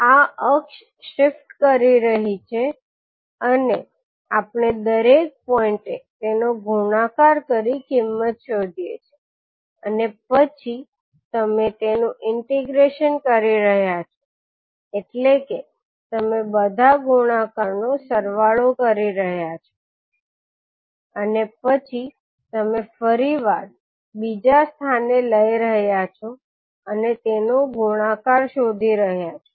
આ અક્ષ શિફ્ટ કરી રહી છે અને આપણે દરેક પોઇંટએ તેનો ગુણાકાર કરી કિંમત શોધીએ છે અને પછી તમે તેનું ઈન્ટીગ્રૅશન કરી રહ્યાં છો એટલે કે તમે બધા ગુણાકાર નો સરવાળો કરી રહ્યાં છો અને પછી તમે ફરીવાર બીજા સ્થાને લઈ રહ્યા છો અને તેનો ગુણાકાર શોધી રહ્યા છો